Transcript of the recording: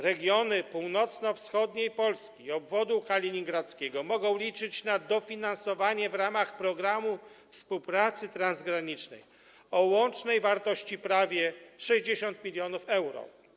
Regiony północno-wschodniej Polski i obwodu kaliningradzkiego mogą liczyć na dofinansowanie w ramach programu współpracy transgranicznej o łącznej wartości prawie 60 mln euro.